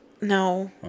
no